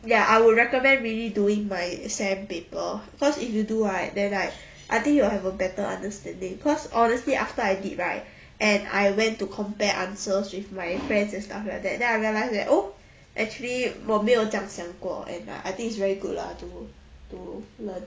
ya I would recommend really doing my sem paper cause if you do right then like I think you will have a better understanding cause honestly after I did right and I went to compare answers with my friends and stuff like that then I realize that oh actually 我没有这样想过 and I think it's very good lah to to learn